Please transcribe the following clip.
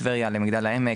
טבריה ומגדל העמק.